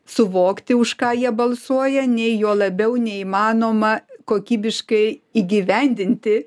suvokti už ką jie balsuoja nei juo labiau neįmanoma kokybiškai įgyvendinti